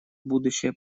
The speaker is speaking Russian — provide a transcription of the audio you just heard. будущее